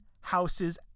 House's